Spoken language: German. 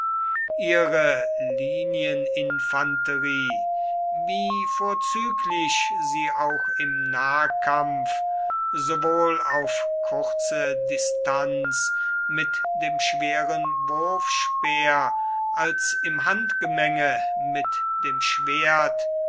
ihre linieninfanterie wie vorzüglich sie auch im nahkampf sowohl auf kurze distanz mit dem schweren wurfspeer als im handgemenge mit dem schwert